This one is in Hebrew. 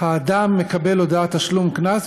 אדם מקבל הודעת תשלום קנס,